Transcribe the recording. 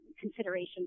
consideration